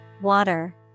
water